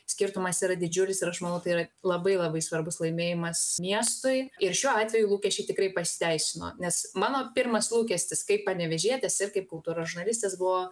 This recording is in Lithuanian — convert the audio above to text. skirtumas yra didžiulis ir aš manau tai yra labai labai svarbus laimėjimas miestui ir šiuo atveju lūkesčiai tikrai pasiteisino nes mano pirmas lūkestis kaip panevėžietės ir kaip kultūros žurnalistės buvo